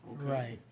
Right